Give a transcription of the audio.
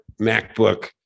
MacBook